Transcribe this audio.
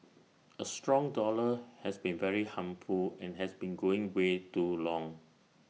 A strong dollar has been very harmful and has been going way too long